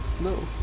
No